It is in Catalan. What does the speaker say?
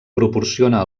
proporciona